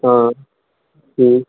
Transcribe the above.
आं